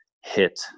hit